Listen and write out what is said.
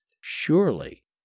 surely